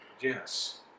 Yes